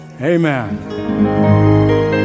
amen